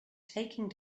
taking